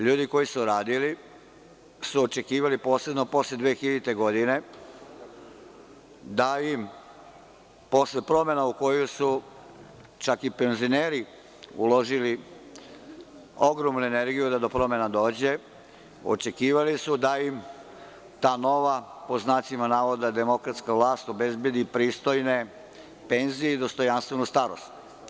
Ljudi koji su radili su očekivali posebno posle 2000. godine da ima posle promena u koje su čak i penzioneri ogromne napore da do promena dođe, očekivali su da im ta nova „demokratska vlast“ obezbedi pristojne penzije i dostojanstvenu starost.